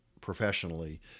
professionally